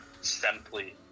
simply